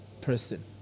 person